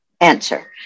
answer